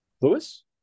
Lewis